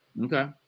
Okay